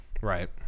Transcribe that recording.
Right